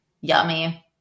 yummy